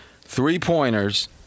three-pointers